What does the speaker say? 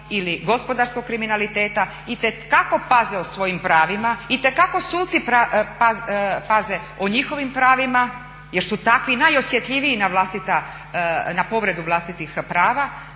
ili gospodarskog kriminaliteta itekako paze o svojim pravima, itekako suci paze o njihovim pravima jer su takvi najosjetljiviji na povredu vlastitih prava,